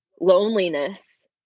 loneliness